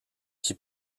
qui